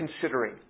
considering